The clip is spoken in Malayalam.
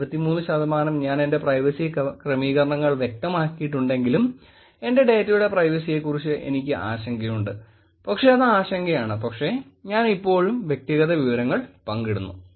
23 ശതമാനം ഞാൻ എന്റെ പ്രൈവസി ക്രമീകരണങ്ങൾ വ്യക്തമാക്കിയിട്ടുണ്ടെങ്കിലും എന്റെ ഡേറ്റയുടെ പ്രൈവസിയെക്കുറിച്ച് എനിക്ക് ആശങ്കയുണ്ട് പക്ഷേ അത് ആശങ്കയാണ് പക്ഷേ ഞാൻ ഇപ്പോഴും വ്യക്തിഗത വിവരങ്ങൾ പങ്കിടുന്നു